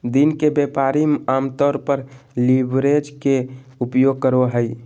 दिन के व्यापारी आमतौर पर लीवरेज के उपयोग करो हइ